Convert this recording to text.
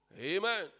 Amen